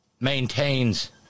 maintains